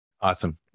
Awesome